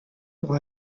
pour